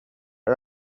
our